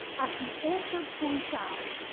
as the author points out,